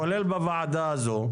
כולל בוועדה הזו,